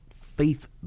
faith